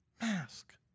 mask